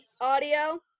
audio